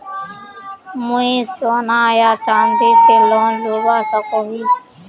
मुई सोना या चाँदी से लोन लुबा सकोहो ही?